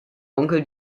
onkel